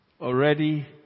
already